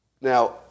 Now